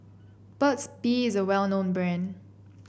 Burt's Bee is a well known brand